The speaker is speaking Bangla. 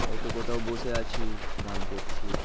হয়তো কোথাও বসে আছি গান করছি